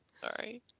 Sorry